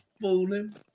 fooling